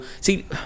See